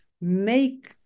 make